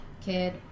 Kid